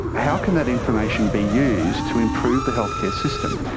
how can that information be used to improve the healthcare system?